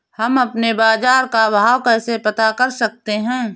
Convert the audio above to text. हम अपने बाजार का भाव कैसे पता कर सकते है?